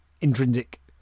intrinsic